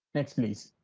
next, please.